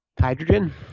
Hydrogen